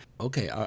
Okay